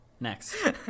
Next